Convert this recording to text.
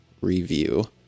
review